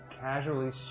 casually